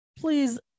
Please